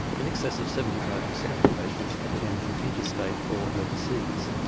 in excess of seventy five percent of patients attend from interstate or overseas.